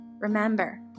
Remember